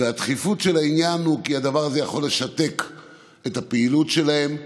והדחיפות של העניין היא כי הדבר הזה יכול לשתק את הפעילות שלהם,